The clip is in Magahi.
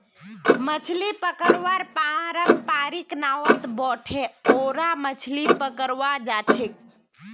मछली पकड़वार पारंपरिक नावत बोठे ओरा मछली पकड़वा जाछेक